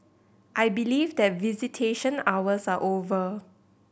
I believe that visitation hours are over